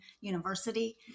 University